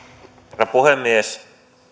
herra puhemies